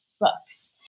books